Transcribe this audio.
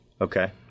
Okay